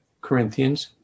Corinthians